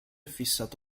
fissato